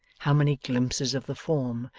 how many glimpses of the form,